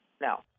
no